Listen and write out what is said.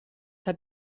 hat